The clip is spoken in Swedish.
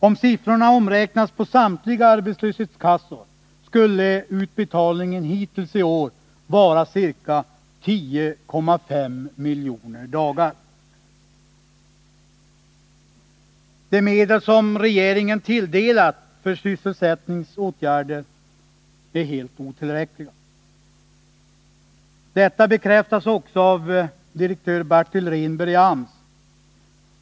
Om siffrorna omräknas på samtliga arbetslöshetskassor skulle utbetalningen hittills i år gälla ca 10,5 miljoner dagar. De medel som tilldelats av regeringen för sysselsättningsåtgärder är helt otillräckliga. Detta bekräftas också av direktör Bertil Rehnberg i AMS.